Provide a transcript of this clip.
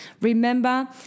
remember